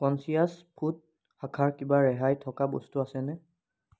conscious food শাখাৰ কিবা ৰেহাই থকা বস্তু আছেনে